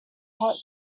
hot